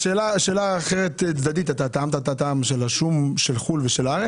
טעמת את השום הסיני ואת השום הישראלי?